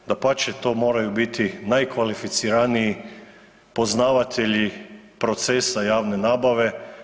Dapače, to moraju biti najkvalificiraniji poznavatelji procesa javne nabave.